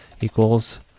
equals